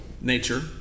nature